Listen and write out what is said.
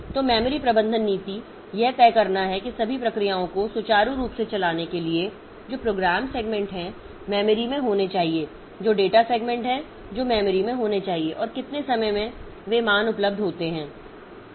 तो मेमोरी प्रबंधन नीति यह तय करना है कि सभी प्रक्रियाओं को सुचारू रूप से चलाने के लिए जो प्रोग्राम सेगमेंट हैं मेमोरी में होने चाहिए जो डेटा सेगमेंट हैं जो मेमोरी में होने चाहिए और कितने समय में वे मान उपलब्ध होते हैं